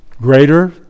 Greater